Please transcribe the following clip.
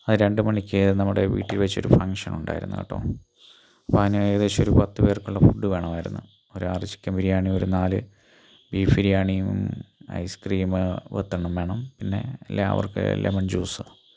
രണ്ടു മണിക്ക് നമ്മുടെ വീട്ടിൽ വച്ച് ഒരു ഫംഗ്ഷൻ ഉണ്ടായിരുന്നു കേട്ടോ അപ്പം അതിന് ഏകദേശം ഒരു പത്ത് പേർക്കുള്ള ഫുഡ് വേണമായിരുന്നു ഒരു ആറ് ചിക്കൻ ബിരിയാണി നാല് ബീഫ് ബിരിയാണിയും ഐസ്ക്രീം പത്തെണ്ണം വേണം പിന്നെ എല്ലാവർക്കും ലെമൺ ജ്യൂസ്